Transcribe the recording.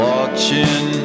Watching